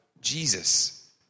Jesus